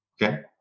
Okay